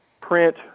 Print